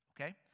Okay